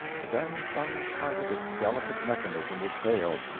but then some part of its delicate mechanism would fail,